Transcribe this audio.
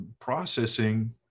processing